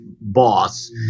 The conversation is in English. boss